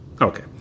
Okay